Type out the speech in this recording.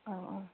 औ औ